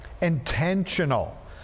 intentional